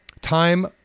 time